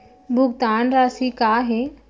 भुगतान राशि का हे?